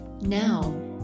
Now